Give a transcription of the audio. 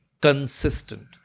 consistent